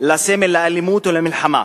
לסמל לאלימות ולמלחמה.